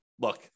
look